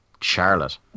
Charlotte